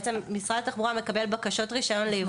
משרד התחבורה מקבל בקשות רישיון ליבוא